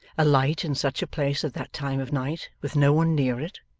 a light in such a place at that time of night, with no one near it.